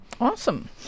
Awesome